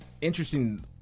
Interesting